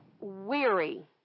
weary